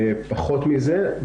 פחות מזה.